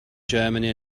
germany